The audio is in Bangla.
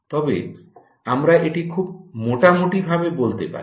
তবে আমরা এটি খুব মোটামুটি ভাবে বলতে পারি